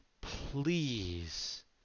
please